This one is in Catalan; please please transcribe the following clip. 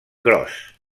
gros